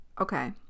okay